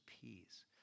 peace